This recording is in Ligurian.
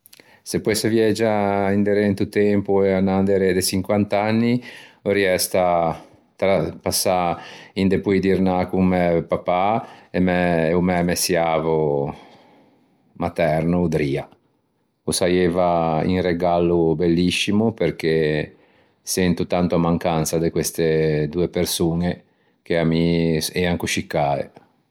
Se poesse viagiâ inderê into tempo e anâ inderê de çinquant'anni vorriæ stâ, passâ un depoidirnâ con mæ papà e o mæ messiavo materno, o Dria. O saieiva un regallo belliscimo perché sento tanto a mancansa de queste doe persoñe che a mi ean coscì cae.